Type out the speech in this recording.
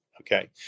okay